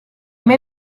mai